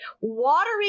watery